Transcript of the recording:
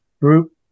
group